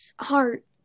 heart